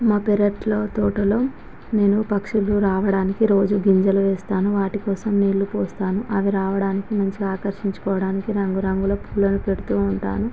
మా పెరట్లో తోటలో నేను పక్షులు రావడానికి రోజు గింజలు వేస్తాను వాటి కోసం నీళ్ళు పోస్తాను అవి రావడానికి మంచిగా ఆకర్షించుకోవడానికి రంగు రంగు పూలను పెడుతూ ఉంటాను